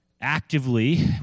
actively